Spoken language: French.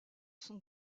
son